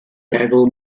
feddwl